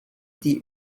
die